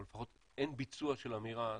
או לפחות אין ביצוע של אמירה,